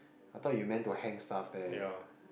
I thought you meant to hang stuff there